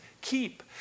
keep